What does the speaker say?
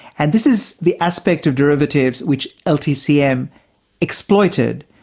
and this is the aspect of derivatives which ltcm exploited,